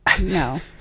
No